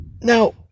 Now